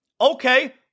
Okay